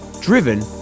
driven